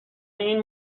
این